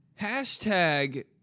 Hashtag